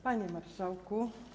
Panie Marszałku!